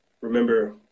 Remember